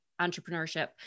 entrepreneurship